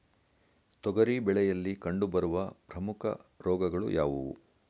ತೊಗರಿ ಬೆಳೆಯಲ್ಲಿ ಕಂಡುಬರುವ ಪ್ರಮುಖ ರೋಗಗಳು ಯಾವುವು?